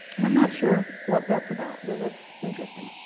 and i'm not sure what that's about but that's interesting.